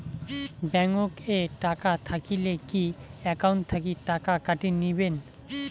Bank এ টাকা থাকিলে কি একাউন্ট থাকি টাকা কাটি নিবেন?